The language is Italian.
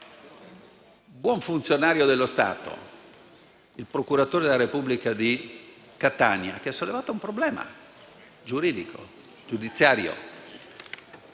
buon funzionario dello Stato, il procuratore della Repubblica di Catania, che ha sollevato un problema giudiziario,